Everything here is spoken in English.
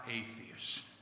atheist